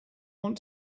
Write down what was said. want